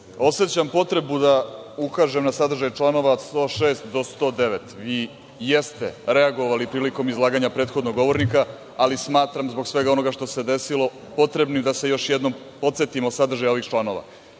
Osećam potrebu da ukažem na sadržaj članova od 106. do 109. Vi jeste reagovali prilikom izlaganja prethodnog govornika, ali smatram zbog svega onoga što se desilo, potrebnim da se još jednom podsetimo sadržaja ovih članova. Prvo